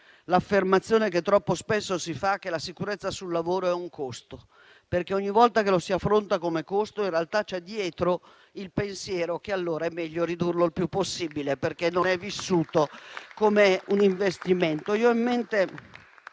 l'affermazione, che troppo spesso si fa, secondo cui la sicurezza sul lavoro è un costo. Infatti, ogni volta che lo si affronta come costo, in realtà c'è dietro il pensiero che allora è meglio ridurlo il più possibile, perché non è vissuto come un investimento.